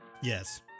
Yes